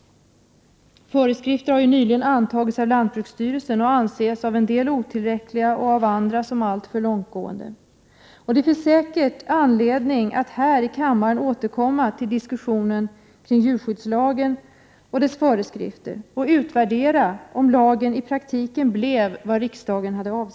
Föreskrifter har nyligen antagits av lantbruksstyrelsen. De anses av en del otillräckliga och av andra som alltför långtgående. Det finns säkert anledning att här i kammaren återkomma till diskussionen kring djurskyddslagen och dess föreskrifter och utvärdera om lagen i praktiken blev vad riksdagen avsett.